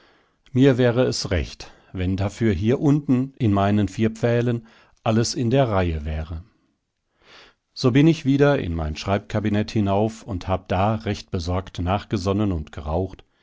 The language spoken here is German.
mir wäre es recht wenn dafür hier unten in meinen vier pfählen alles in der reihe wäre so bin ich wieder in mein schreibkabinett hinauf und hab da recht besorgt nachgesonnen und geraucht